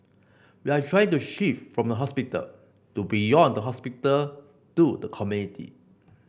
we are trying to shift from the hospital to beyond the hospital to the community